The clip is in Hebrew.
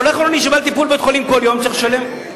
צריך לשלם,